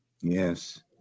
Yes